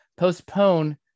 postpone